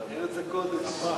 ארץ הקודש.